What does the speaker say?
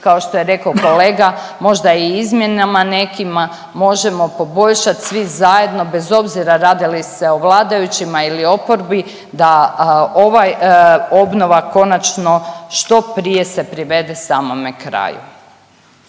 kao što je rekao kolega možda i izmjenama nekima možemo poboljšati svi zajedno bez obzira radi li se o vladajućima ili oporbi da ovaj obnova konačno što prije se privede samome kraju.